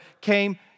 came